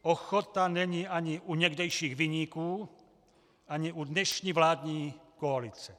Ochota není ani u někdejších viníků ani u dnešní vládní koalice.